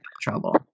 trouble